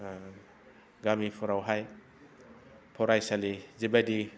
गामिफ्रावहाय फराइसालि जिबायदि